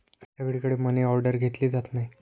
सगळीकडे मनीऑर्डर घेतली जात नाही